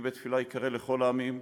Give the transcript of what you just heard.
"ביתי בית תפִלה יקרא לכל העמים",